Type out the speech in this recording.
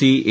C A